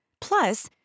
Plus